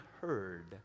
heard